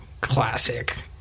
classic